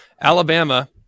alabama